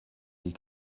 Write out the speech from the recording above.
die